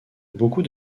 beaucoup